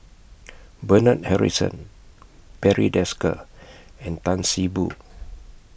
Bernard Harrison Barry Desker and Tan See Boo